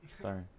sorry